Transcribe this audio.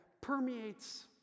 permeates